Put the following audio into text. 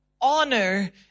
honor